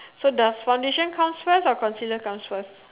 so the foundation comes first or concealer comes first